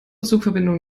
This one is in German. zugverbindungen